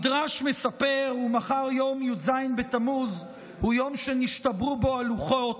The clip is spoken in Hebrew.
מחר יום י"ז בתמוז, יום שנשתברו בו הלוחות,